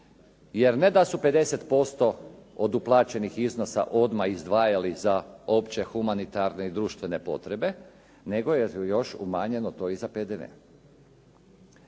jer ne da su 50% od uplaćenih iznosa odmah izdvajali za opće humanitarne i društvene potrebe, nego je to još umanjeno i za PDV.